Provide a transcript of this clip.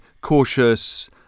cautious